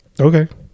Okay